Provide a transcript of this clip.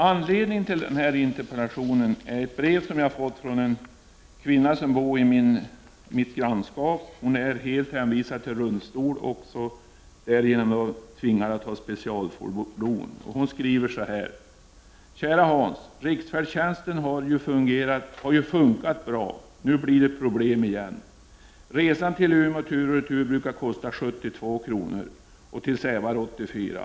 Anledningen till interpellationen är ett brev som jag fick från en kvinna som bor i mitt grannskap. Hon är helt hänvisad till rullstol och därigenom tvingad att använda specialfordon. Brevet lyder så här: ”Kära Hans! Riksfärdtjänsten har ju fungerat på ett bra sätt. Nu blir det problem igen. Resan till Umeå, tur och retur, brukar kosta 72 kr., till Sävar 84 kr.